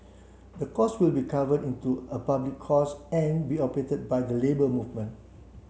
the course will be cover into a public course and be operated by the Labour Movement